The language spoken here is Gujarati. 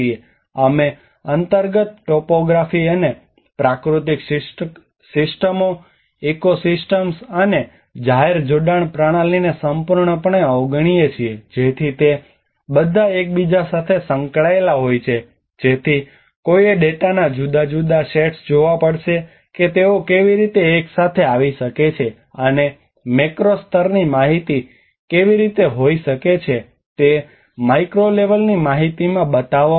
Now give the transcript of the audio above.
અમે અંતર્ગત ટોપોગ્રાફી અને પ્રાકૃતિક સિસ્ટમો ઇકોસિસ્ટમ્સ અને જાહેર જોડાણ પ્રણાલીને સંપૂર્ણપણે અવગણીએ છીએ જેથી તે બધા એકબીજા સાથે સંકળાયેલા હોય જેથી કોઈએ ડેટાના જુદા જુદા સેટ્સ જોવા પડશે કે તેઓ કેવી રીતે એક સાથે આવી શકે છે અને મેક્રો સ્તરની માહિતી કેવી રીતે હોઈ શકે છે તે માઇક્રો લેવલની માહિતીમાં બતાવવામાં આવે છે